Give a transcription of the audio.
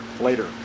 later